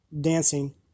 dancing